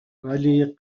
ولی